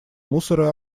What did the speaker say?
мусора